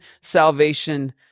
salvation